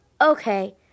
okay